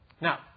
Now